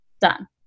done